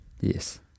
Yes